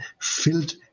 filled